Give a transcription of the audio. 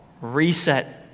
reset